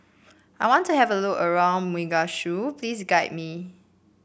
I want to have a look around Mogadishu please guide me